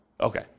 Okay